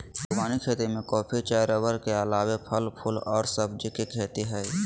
बागवानी खेती में कॉफी, चाय रबड़ के अलावे फल, फूल आर सब्जी के खेती हई